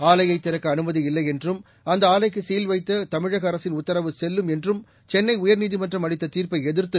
ஆலையை திறக்க அனுமதி இல்லை என்றும் அந்த ஆலைக்கு சீல் வைத்த தமிழக அரசின் உத்தரவு செல்லும் என்றும் சென்னை உயர்நீதிமன்றம் அளித்த தீர்ப்பை எதிர்த்து